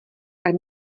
tak